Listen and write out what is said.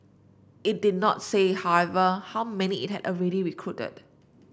it did not say however how many it had already recruited